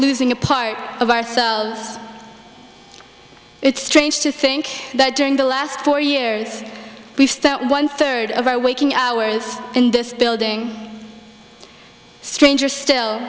losing a part of ourselves it's strange to think that during the last four years we've that one third of our waking hours in this building stranger still